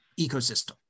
ecosystem